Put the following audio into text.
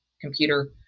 computer